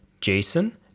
jason